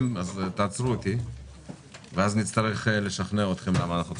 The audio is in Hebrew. אז תעצרו אותי ואז נצטרך לשכנע אתכם למה אנחנו צודקים.